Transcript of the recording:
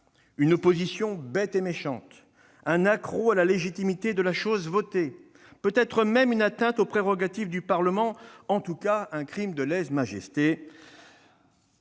une opposition bête et méchante, un accro à la légitimité de la chose votée, peut-être même une atteinte aux prérogatives du Parlement, en tout cas un crime de lèse-majesté